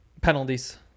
Penalties